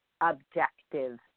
objective